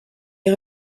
est